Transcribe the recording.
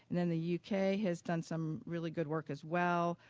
and and the u k. has done some really good work as well,